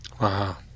Wow